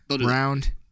round